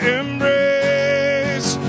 embrace